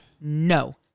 no